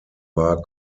war